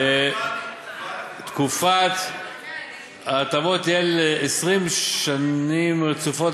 תקופת ההטבות תהיה ל-20 שנים רצופות